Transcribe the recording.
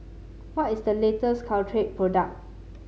what is the latest Caltrate product